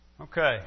Okay